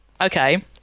Okay